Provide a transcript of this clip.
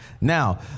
Now